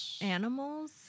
animals